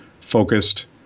focused